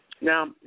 Now